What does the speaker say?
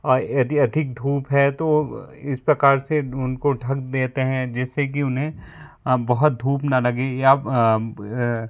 और यदि अधिक धूप है तो इस प्रकार से उनको ढक देते हैं जिससे कि उन्हें आप बहुत धूप न लगे या